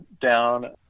down